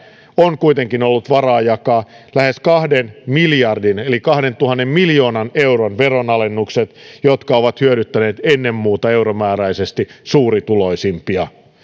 on kuitenkin ollut varaa jakaa lähes kahden miljardin eli kahdentuhannen miljoonan euron veronalennukset jotka ovat hyödyttäneet ennen muuta euromääräisesti suurituloisimpia